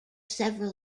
several